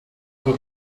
über